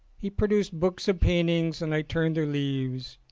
he produced books of paintings and i turned their leaves.